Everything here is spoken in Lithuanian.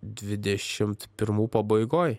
dvidešimt pirmų pabaigoj